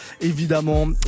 évidemment